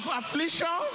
affliction